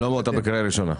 שלמה, אתה בקריאה ראשונה.